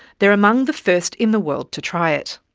they are among the first in the world to try it.